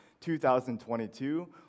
2022